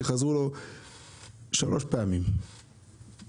חזרו לו שלוש פעמים משכנתה.